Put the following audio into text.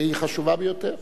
והיא חשובה ביותר.